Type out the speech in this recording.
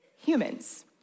humans